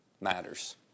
matters